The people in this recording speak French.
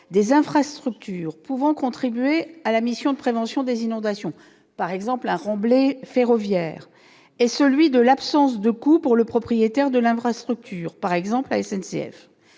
des infrastructures pouvant contribuer à la mission de prévention des inondations- par exemple un remblai ferroviaire -est celui de l'absence de coût pour le propriétaire de l'infrastructure, par exemple la SNCF.